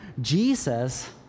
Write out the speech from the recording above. Jesus